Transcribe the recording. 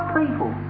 people